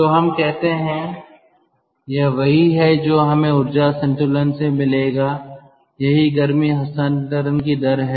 तो हम कहते हैं यह वही है जो हमें ऊर्जा संतुलन से मिलेगा यही गर्मी हस्तांतरण की दर है